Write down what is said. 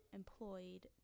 employed